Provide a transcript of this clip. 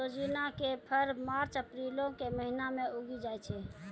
सोजिना के फर मार्च अप्रीलो के महिना मे उगि जाय छै